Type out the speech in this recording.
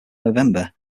november